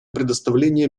представления